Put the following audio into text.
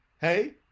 hey